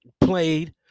played